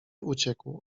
uciekł